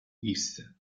disse